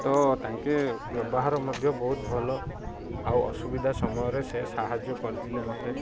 ତ ତାଙ୍କେ ବ୍ୟବହାର ମଧ୍ୟ ବହୁତ ଭଲ ଆଉ ଅସୁବିଧା ସମୟରେ ସେ ସାହାଯ୍ୟ କରିଥିଲେ ମୋତେ